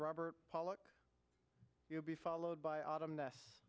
robert pollock you'll be followed by autumn